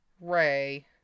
Ray